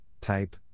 type